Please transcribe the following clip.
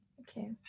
Okay